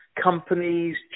companies